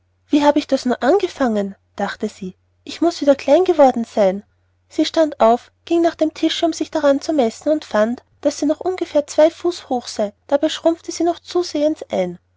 wie habe ich das nur angefangen dachte sie ich muß wieder klein geworden sein sie stand auf ging nach dem tische um sich daran zu messen und fand daß sie noch ungefähr zwei fuß hoch sei dabei schrumpfte sie noch zusehends ein